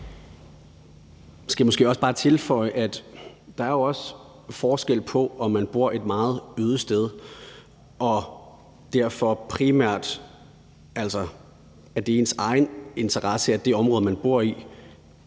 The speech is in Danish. Man skal måske også bare tilføje, at der jo er en forskel, i forhold til hvis man bor et meget øde sted, hvor det dermed primært er i ens egen interesse, at det område, man bor i,